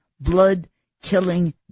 blood-killing